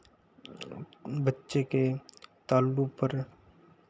बच्चे की तालु पर